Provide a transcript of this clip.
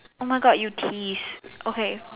oh my God you tease okay